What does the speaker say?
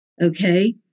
okay